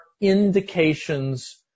indications